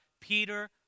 Peter